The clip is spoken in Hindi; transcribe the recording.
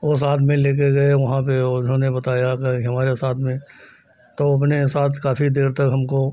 वह साथ में लेकर गए वहाँ पर और उन्होंने बताया क्या कि हमारे साथ में तो अपने साथ काफ़ी देर तक हमको